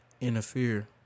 interfere